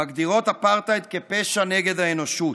מגדירות אפרטהייד כפשע נגד האנושות.